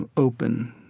ah open,